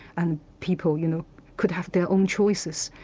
and people you know could have their own choices.